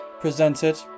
presented